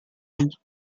vous